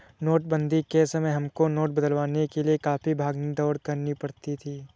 नोटबंदी के समय हमको नोट बदलवाने के लिए काफी भाग दौड़ करनी पड़ी थी